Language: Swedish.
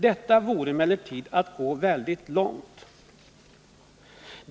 Detta vore emellertid att gå väldigt långt.